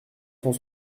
cent